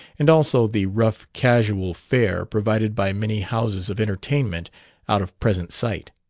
and also the rough casual fare provided by many houses of entertainment out of present sight.